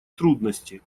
трудности